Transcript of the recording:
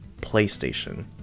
PlayStation